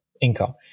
income